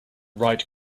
write